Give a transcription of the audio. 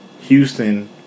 Houston